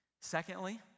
Secondly